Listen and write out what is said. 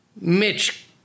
Mitch